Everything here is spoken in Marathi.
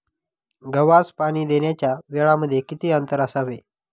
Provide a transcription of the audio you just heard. गव्हास पाणी देण्याच्या वेळांमध्ये किती अंतर असावे?